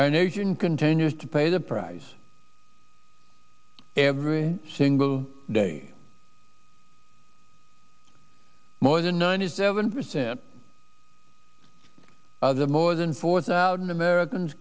our nation continues to pay the price every single day more than ninety seven percent the more than four thousand americans